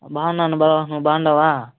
బాగున్నాను బావ నువ్వు బాగున్నావా